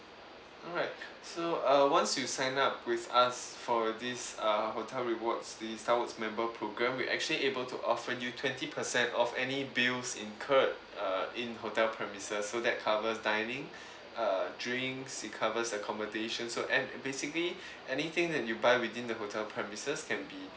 alright so uh once you sign up with us for this uh hotel rewards this star world's member programme we actually able to offer you twenty percent of any bills incurred err in hotel premises so that covers dining err drinks it covers accommodations so and basically anything that you buy within the hotel premises can be